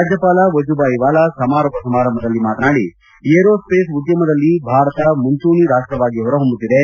ರಾಜ್ಯಪಾಲ ವಜುಭಾಯ್ವಾಲಾ ಸಮಾರೋಪ ಸಮಾರಂಭದಲ್ಲಿ ಭಾಗಿಯಾಗಿ ಮಾತನಾಡಿ ಏರೋ ಸ್ವೇಸ್ ಉದ್ಯಮದಲ್ಲಿ ಭಾರತ ಮುಂಚೂಣಿ ರಾಷ್ಟವಾಗಿ ಹೊರಹೊಮ್ಮುತ್ತಿದೆ